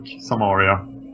Samaria